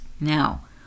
Now